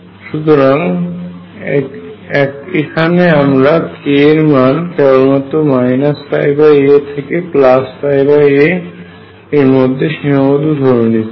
সুতরাং এখানে আমরা k এর মান কেবলমাত্র a থেকে a এর মধ্যে সীমাবদ্ধ ধরে নিচ্ছি